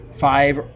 five